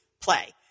play